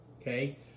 okay